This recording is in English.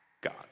God